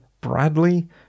Bradley